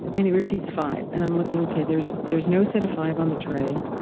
and he repeats, five, and i'm looking, okay, there is there is no set of five on the tray.